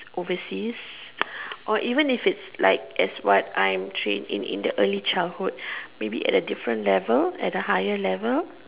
overseas or even if it's like as what I'm trained in in the early childhood maybe at a different level at a higher level